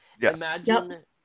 Imagine